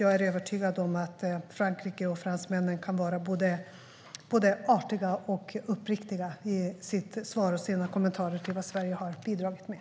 Jag är övertygad om att Frankrike och fransmännen kan vara både artiga och uppriktiga i sina kommentarer till vad Sverige har bidragit med.